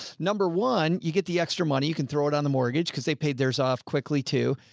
number one, you get the extra money, you can throw it on the mortgage cause they paid theirs off quickly too.